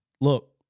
look